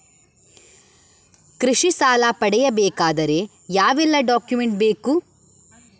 ಕೃಷಿ ಸಾಲ ಪಡೆಯಬೇಕಾದರೆ ಯಾವೆಲ್ಲ ಡಾಕ್ಯುಮೆಂಟ್ ಬೇಕು?